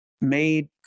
made